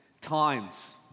times